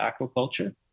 aquaculture